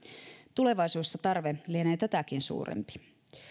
tulevaisuudessa tarve lienee tätäkin suurempi